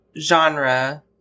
genre